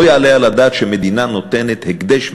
לא יעלה על הדעת שמדינה נותנת הקדש,